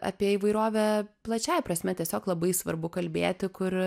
apie įvairovę plačiąja prasme tiesiog labai svarbu kalbėti kur